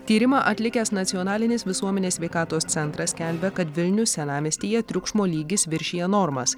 tyrimą atlikęs nacionalinis visuomenės sveikatos centras skelbia kad vilnius senamiestyje triukšmo lygis viršija normas